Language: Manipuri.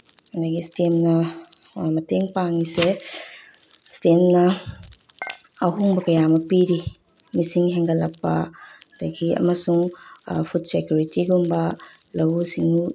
ꯑꯗꯒꯤ ꯏꯁꯇꯦꯝꯅ ꯃꯇꯦꯡ ꯄꯥꯡꯉꯤꯁꯦ ꯏꯁꯇꯦꯝꯅ ꯑꯍꯣꯡꯕ ꯀꯌꯥ ꯑꯃ ꯄꯤꯔꯤ ꯃꯤꯁꯤꯡ ꯍꯦꯟꯒꯠꯂꯛꯄ ꯑꯗꯒꯤ ꯑꯃꯁꯨꯡ ꯐꯨꯠ ꯁꯦꯀꯨꯔꯤꯇꯤꯒꯨꯝꯕ ꯂꯧꯎ ꯁꯤꯡꯎ